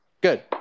Good